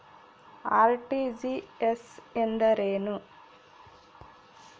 RTGS ಎಂದರೇನು?